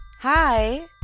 Hi